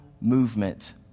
movement